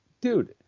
dude